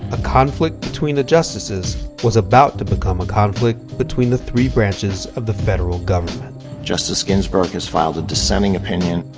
a conflict between the justices was about to become a conflict between the three branches of the federal government. justice ginsburg has filed a dissenting opinion.